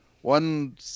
one